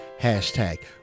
hashtag